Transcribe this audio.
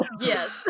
Yes